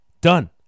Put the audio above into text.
done